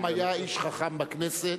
פעם היה איש חכם בכנסת,